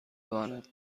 بارد